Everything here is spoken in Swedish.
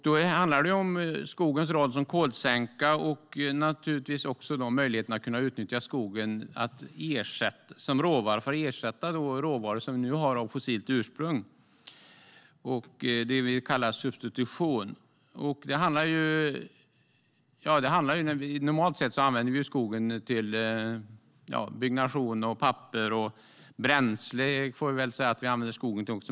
Då handlar det om skogens roll som kolsänka och naturligtvis också om möjligheten att utnyttja skogen som råvara för att ersätta råvaror som vi nu har av fossilt ursprung - det vi kallar substitution. Normalt sett använder vi skogen till byggnation, papper och bränsle.